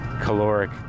caloric